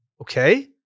Okay